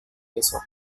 besok